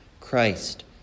Christ